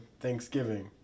Thanksgiving